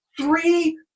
Three